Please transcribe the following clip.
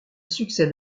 succède